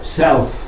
self